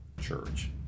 church